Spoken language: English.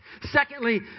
Secondly